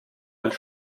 als